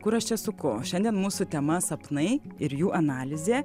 kur aš čia suku šiandien mūsų tema sapnai ir jų analizė